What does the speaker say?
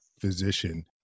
physician